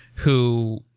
who,